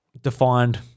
defined